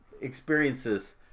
experiences